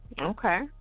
Okay